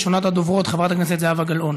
ראשונת הדוברות, חברת הכנסת זהבה גלאון,